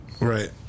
Right